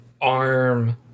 arm